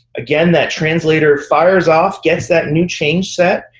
again, that translator fires off, gets that new change set.